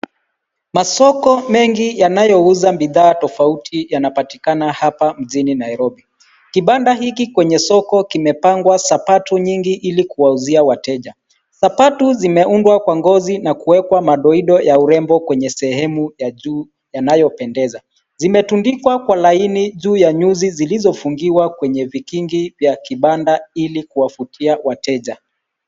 Masoko mengi yanayouza bidhaa tofauti yanapatikana hapa mjini Nairobi. Kibanda hiki kwenye soko kimepangwa sapatu nyingi ili kuwauzia wateja. Sapatu zimeundwa kwa ngozi na kuwekwa madoido ya urembo kwenye sehemu ya juu yanayopendeza. Zimetundikwa kwa laini juu ya nyuzi zilizofungiwa kwenye vikingi vya kibanda ili kuwavutia wateja.